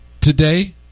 today